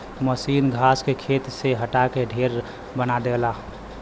मसीन घास के खेत से हटा के ढेर बना देवला